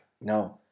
No